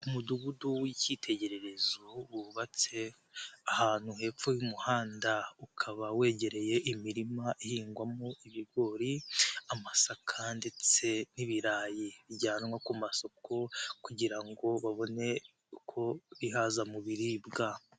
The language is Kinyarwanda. Umudugudu w'icyitegererezo wubatse ahantu hepfo y'umuhanda ukaba wegereye imirima ihingwamo ibigori, amasaka ndetse n'ibirayi bijyanwa ku masoko kugira ngo babone uko bihaza mu biribwa.